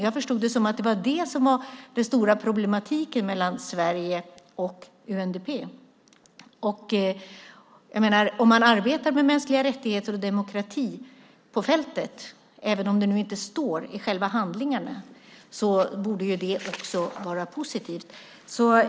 Jag förstod det som att det var det som var den stora problematiken mellan Sverige och UNDP. Om man arbetar med mänskliga rättigheter och demokrati på fältet, även om det inte står i själva handlingarna, borde det vara positivt.